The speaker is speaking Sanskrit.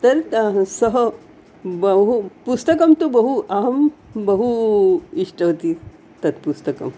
तत् ता सः बहु पुस्तकं तु बहु अहं बहु इष्टवती तत् पुस्तकम्